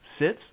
sits